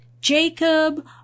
Jacob